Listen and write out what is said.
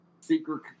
secret